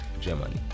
Germany